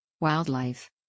Wildlife